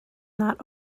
not